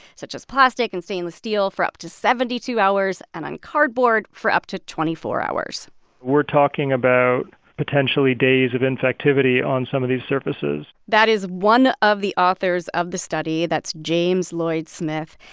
such as plastic and stainless steel, for up to seventy two hours and on cardboard for up to twenty four hours we're talking about potentially days of infectivity on some of these surfaces that is one of the authors of the study. that's james lloyd-smith.